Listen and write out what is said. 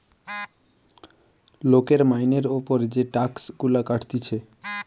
লোকের মাইনের উপর যে টাক্স গুলা কাটতিছে